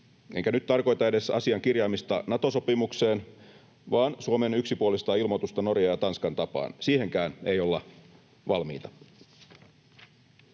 enkä nyt tarkoita edes asian kirjaamista Nato-sopimukseen vaan Suomen yksipuolista ilmoitusta Norjan ja Tanskan tapaan — siihenkään ei olla valmiita.